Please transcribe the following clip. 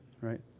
right